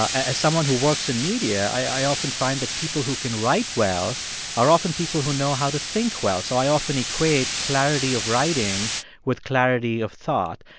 as someone who works in media, i often find that people who can write well are often people who know how to think well, so i often equate clarity of writing with clarity of thought.